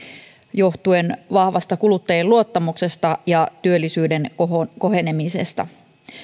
johtuen vahvasta kuluttajien luottamuksesta ja työllisyyden kohenemisesta